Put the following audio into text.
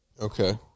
okay